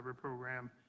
program